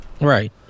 Right